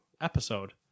episode